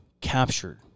captured